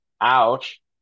Ouch